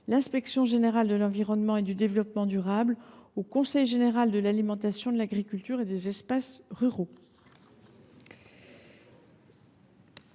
l’inspection générale de l’environnement et du développement durable (Igedd) et au Conseil général de l’alimentation, de l’agriculture et des espaces ruraux.